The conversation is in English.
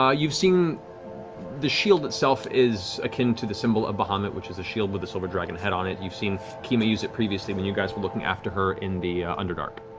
you've seen the shield itself is akin to the symbol of bahamut, which is a shield with a silver dragon head on it. you've seen kima use it previously when you guys were looking after her in the underdark.